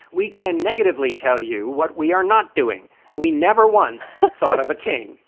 we can negatively tell you what we are not doing we never once thought of a king.